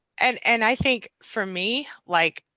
and and i think for me like,